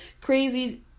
Crazy